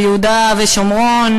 ויהודה ושומרון,